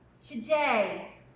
today